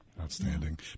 Outstanding